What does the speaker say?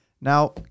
Now